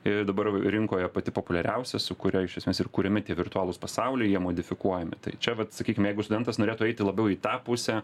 ir dabar jau rinkoje pati populiariausia su kuria iš esmės ir kuriami virtualūs pasauliai jie modifikuojami tai čia vat sakykim jeigu studentas norėtų eiti labiau į tą pusę